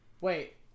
wait